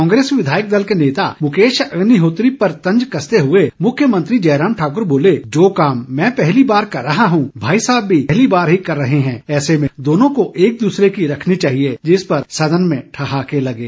कांग्रेस विधायक दल के नेता मुकेश अग्निहोत्री पर तज कसते हुए मुख्यमंत्री जयराम ठाकुर बोले जो काम मैं पहली बार कर रहा हूं भाई साहब भी पहली बार ही कर रहे हैं ऐसे में दोनों को एक दूसरे की रखनी चाहिए जिस पर सदन में ठहाके लगे